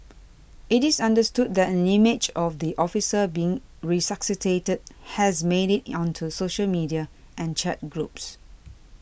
it is understood that an image of the officer being resuscitated has made it onto social media and chat groups